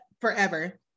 forever